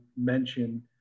mention